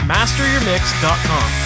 MasterYourMix.com